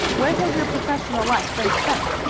where has your professional life been spent?